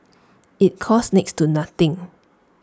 IT costs next to nothing